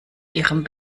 ihrem